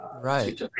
Right